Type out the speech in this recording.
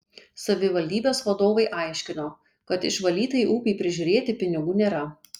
savivaldybės vadovai aiškino kad išvalytai upei prižiūrėti pinigų nėra